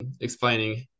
explaining